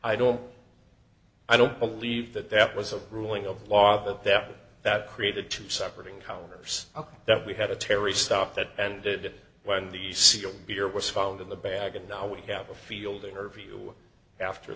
i don't i don't believe that that was a ruling of law that that that created two separate encounters that we had a terrorist stuff that ended when the seal here was found in the bag and now we have a field interview after